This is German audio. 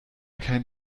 kein